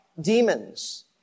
Demons